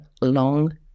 long